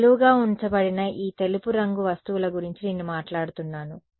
కాదు నిలువుగా ఉంచబడిన ఈ తెలుపు రంగు వస్తువుల గురించి నేను మాట్లాడుతున్నాను